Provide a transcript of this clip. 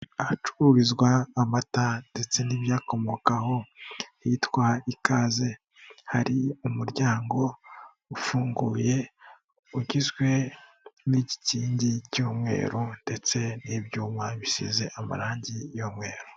Ahacururizwa amata ndetse n'ibyakomokaho hitwa Ikaze hari umuryango ufunguye ugizwe n'igikingi cy'umweru ndetse n'ibyuma bisize amarangi y'umweru.